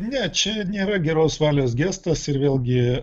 ne čia nėra geros valios gestas ir vėlgi